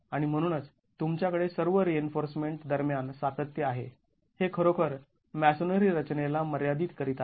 आणि म्हणूनच तुमच्याकडे सर्व रिइन्फोर्समेंट दरम्यान सातत्य आहे हे खरोखर मॅसोनरी रचनेला मर्यादित करीत आहेत